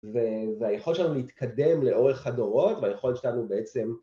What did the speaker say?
והיכולת שלנו להתקדם לאורך הדורות והיכולת שלנו בעצם